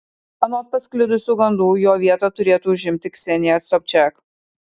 anot pasklidusių gandų jo vietą turėtų užimti ksenija sobčiak